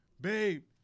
babe